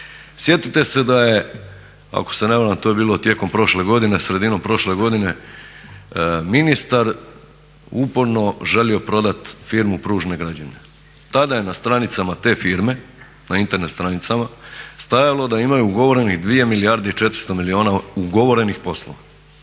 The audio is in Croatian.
Sjetite se da je, ako se na varam to je bilo tijekom prošle godine, sredinom prošle godine ministar uporno želio prodat firmu Pružne građevine. Tada je na stranicama te firme, na Internet stranicama stajalo da imaju ugovorenih 2 milijarde i 400 milijuna ugovorenih poslova.